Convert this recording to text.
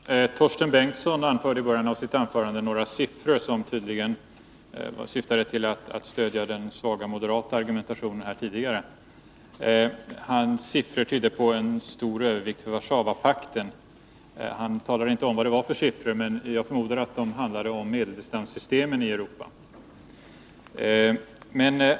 Herr talman! Torsten Bengtson anförde i början av sitt anförande några siffror som tydligen syftade till att stödja den svaga moderata argumentationen tidigare. Hans siffror tydde på att det skulle vara stor övervikt för Warszawapakten. Han talade inte om vad det var för siffror, men jag förmodar att de handlade om medeldistanssystemen i Europa.